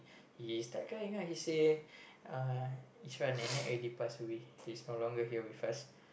he start crying ah he say uh nenek Ishfan already pass away she's no longer here with us